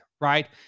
right